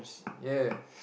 ya